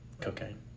Cocaine